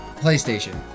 PlayStation